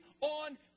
on